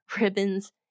ribbons